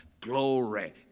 Glory